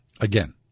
Again